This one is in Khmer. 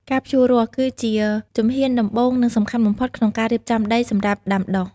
ការភ្ជួររាស់គឺជាជំហានដំបូង និងសំខាន់បំផុតក្នុងការរៀបចំដីសម្រាប់ដាំដុះ។